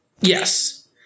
Yes